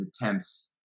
attempts